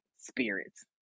spirits